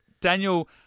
Daniel